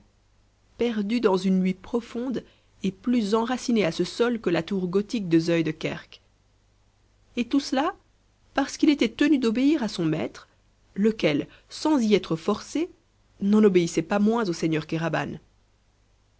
perdu dans une nuit profonde et plus enraciné à ce sol que la tour gothique de zuidekerk et tout cela parce qu'il était tenu d'obéir à son maître lequel sans y être forcé n'en obéissait pas moins au seigneur